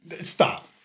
Stop